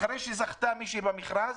אחרי שזכתה מישהי במכרז,